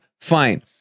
Fine